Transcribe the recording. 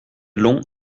long